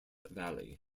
valley